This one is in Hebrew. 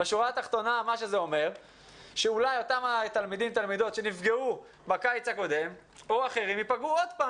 בשורה התחתונה זה אומר שאותם התלמידים שנפגעו בקיץ הקודם ייפגעו שוב.